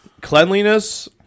cleanliness